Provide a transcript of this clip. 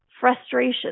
frustration